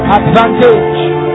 advantage